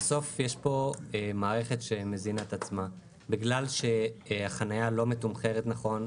בסוף יש מערכת שמזינה את עצמה - בגלל שהחנייה לא מתומחרת נכון,